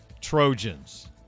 Trojans